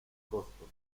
costos